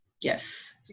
yes